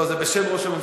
לא, זה בשם ראש הממשלה.